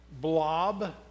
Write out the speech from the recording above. blob